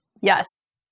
Yes